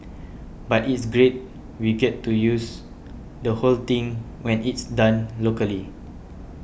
but it's great we get to use the whole thing when it's done locally